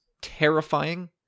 terrifying